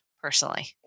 personally